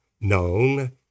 known